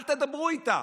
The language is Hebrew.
אל תדברו איתה,